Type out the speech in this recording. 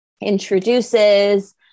introduces